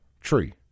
tree